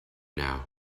now